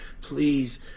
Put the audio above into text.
please